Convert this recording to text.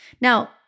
Now